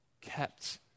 kept